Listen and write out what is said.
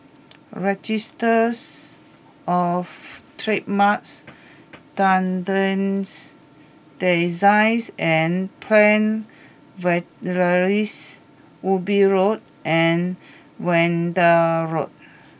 Registries Of Trademarks Patents Designs and Plant Varieties Ubi Road and Zehnder Road